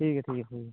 ठीक ऐ ठीक ऐ सर